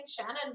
Shannon